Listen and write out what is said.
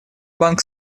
банк